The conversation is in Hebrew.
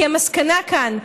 המסקנה כאן,